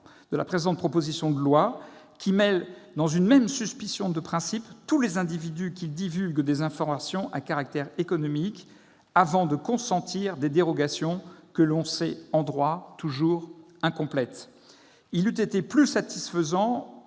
de la présente proposition de loi, qui mêle dans une même suspicion de principe tous les individus qui divulguent des informations à caractère économique, avant de consentir des dérogations que l'on sait, en droit, toujours incomplètes. Il eût été plus satisfaisant,